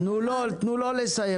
ברשותך, אסיים את דבריי.